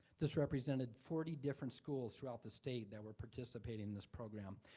this represented forty different schools throughout the state that were participating in this program.